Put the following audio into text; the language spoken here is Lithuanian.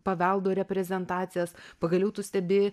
paveldo reprezentacijas pagaliau tu stebi